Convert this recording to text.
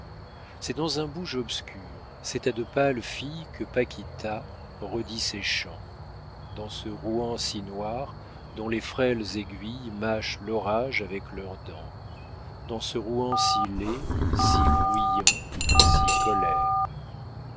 c'est dans un bouge obscur c'est à de pâles filles que paquita redit ces chants dans ce rouen si noir dont les frêles aiguilles mâchent l'orage avec leurs dents dans ce rouen si laid si bruyant si colère